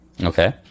Okay